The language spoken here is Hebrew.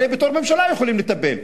הרי בתור ממשלה הם יכולים לטפל,